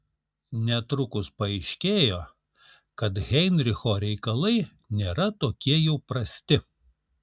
netrukus paaiškėjo kad heinricho reikalai nėra tokie jau prasti